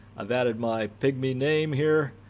i've added my pygmy name here,